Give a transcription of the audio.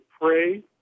pray